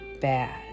bad